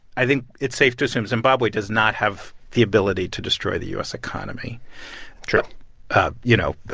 i think it's safe to assume zimbabwe does not have the ability to destroy the u s. economy true ah you know,